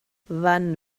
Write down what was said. wann